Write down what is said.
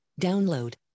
Download